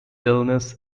illness